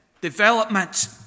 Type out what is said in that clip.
development